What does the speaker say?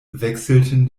wechselten